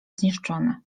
zniszczony